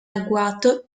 agguato